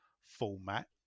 format